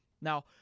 Now